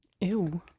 Ew